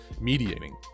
mediating